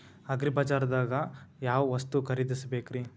ಅಗ್ರಿಬಜಾರ್ದಾಗ್ ಯಾವ ವಸ್ತು ಖರೇದಿಸಬೇಕ್ರಿ?